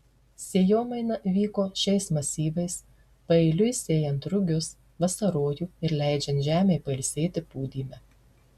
sėjomaina vyko šiais masyvais paeiliui sėjant rugius vasarojų ir leidžiant žemei pailsėti pūdyme